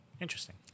Interesting